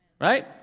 Right